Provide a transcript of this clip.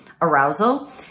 Arousal